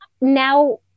now